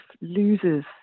loses